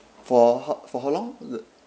for ho~ for how long ugh